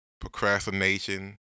procrastination